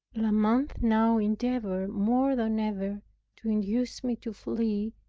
la mothe now endeavored more than ever to induce me to flee,